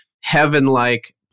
heaven-like